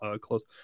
close